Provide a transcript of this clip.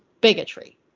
bigotry